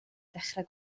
dechrau